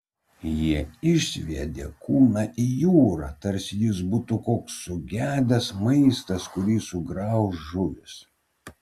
jie išsviedė kūną į jūrą tarsi jis būtų koks sugedęs maistas kurį sugrauš žuvys